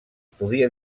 podia